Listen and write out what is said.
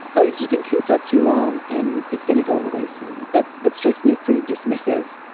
oh, you've just been cooped up too long and it's going to go away soon, like that that strikes me as pretty dismissive.